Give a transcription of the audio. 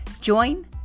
join